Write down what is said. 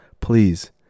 Please